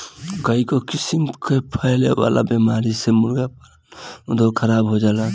कईगो किसिम कअ फैले वाला बीमारी से मुर्गी पालन उद्योग खराब हो जाला